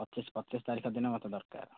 ପଚିଶି ପଚିଶି ତାରିଖ ଦିନ ମୋତେ ଦରକାର